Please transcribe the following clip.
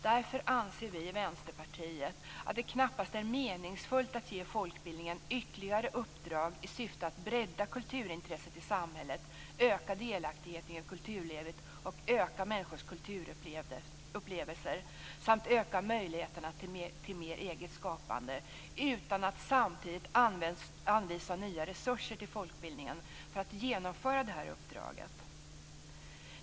Därför anser vi i Vänsterpartiet att det knappast är meningsfullt att ge folkbildningen ytterligare uppdrag i syfte att bredda kulturintresset i samhället, öka delaktigheten i kulturlivet och öka människors kulturupplevelser samt öka möjligheterna till mer eget skapande utan att man samtidigt anvisar nya resurser till folkbildningen för att den skall kunna genomföra detta uppdrag.